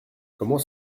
comment